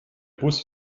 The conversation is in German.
bus